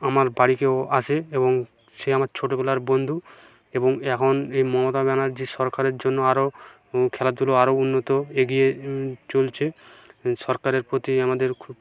আমার বাড়িকেও আসে এবং সে আমার ছোটবেলার বন্ধু এবং এখন এই মমতা ব্যানার্জীর সরকারের জন্য আরও খেলাধুলো আরও উন্নত এগিয়ে চলছে সরকারের প্রতি আমাদের খুব